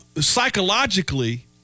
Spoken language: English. psychologically